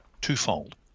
twofold